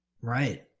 right